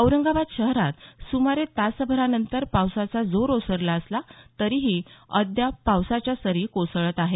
औरंगाबाद शहरात सुमारे तासाभरानंतर पावसाचा जोर ओसरला असला तरीही अद्याप पावसाच्या सरी कोसळत आहेत